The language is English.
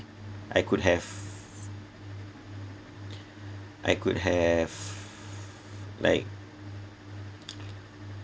I could have I could have like